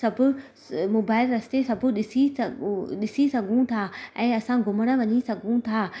सभु मोबाइल रस्ते सभु ॾिसी सघूं ॾिसी सघूं था ऐं असां घुमणु वञी सघूं था